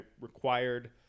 required